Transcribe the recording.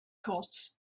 costs